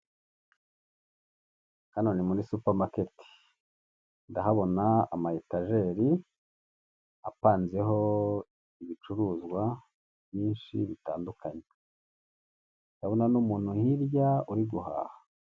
Hano ni muri supamaketi ndahabona ama etageri apanzeho ibicuruzwa byinshi bitandukanye ndabona n'umuntu hirya uri mo guhaha.